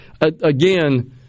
again